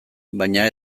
baina